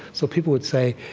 so people would say,